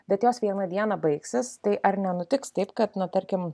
bet jos vieną dieną baigsis tai ar nenutiks taip kad nu tarkim